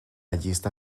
llista